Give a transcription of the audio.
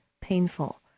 painful